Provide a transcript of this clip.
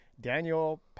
Daniel